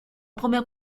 première